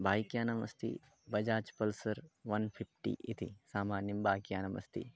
बैक्यानम् अस्ति Bajaj Pulsar one fifty इति सामान्यं बैक्यानम् अस्ति